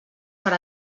per